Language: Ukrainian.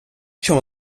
чому